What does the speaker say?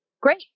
Great